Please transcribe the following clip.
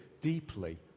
deeply